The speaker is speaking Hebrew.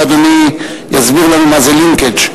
אולי אדוני יסביר לנו מה זה לינקג'?